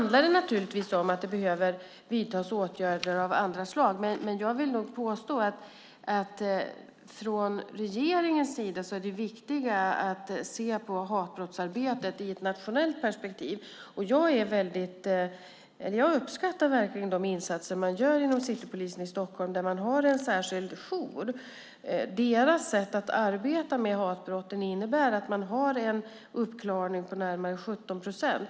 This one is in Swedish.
Det behöver vidtas åtgärder av andra slag, men från regeringens sida är det viktiga att se på hatbrottsarbetet i ett nationellt perspektiv. Jag uppskattar verkligen de insatser man gör inom Citypolisen i Stockholm där man har en särskild jour. Deras sätt att arbeta med hatbrotten innebär att man har en uppklaring på närmare 17 procent.